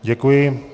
Děkuji.